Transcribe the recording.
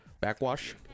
backwash